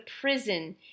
prison